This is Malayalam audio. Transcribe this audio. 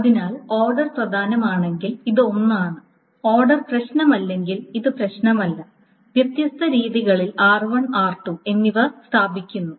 അതിനാൽ ഓർഡർ പ്രധാനമാണെങ്കിൽ ഇത് 1 ആണ് ഓർഡർ പ്രശ്നമല്ലെങ്കിൽ ഇത് പ്രശ്നമല്ല വ്യത്യസ്ത രീതികളിൽ r1 r2 എന്നിവ സ്ഥാപിക്കുന്നു